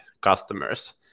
customers